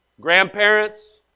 Grandparents